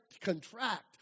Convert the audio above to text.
contract